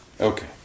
Okay